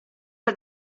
dal